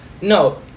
no